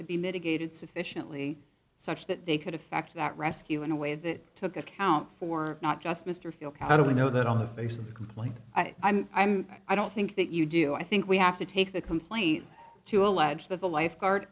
to be mitigated sufficiently such that they could effect that rescue in a way that took account for not just mr fielkow do we know that on the face of the complaint i'm i don't think that you do i think we have to take the complaint to allege that the lifeguard